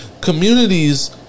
Communities